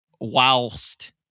whilst